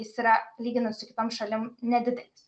jis yra lyginant su kitom šalim nedidelis